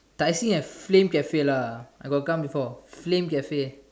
Tai-Seng have flame cafe lah I got come before flame cafe